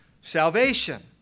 salvation